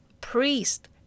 priest